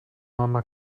mama